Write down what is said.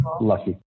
lucky